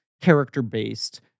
character-based